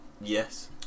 Yes